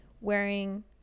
wearing